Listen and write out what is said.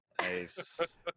Nice